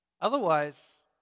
Otherwise